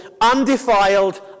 undefiled